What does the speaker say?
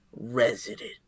resident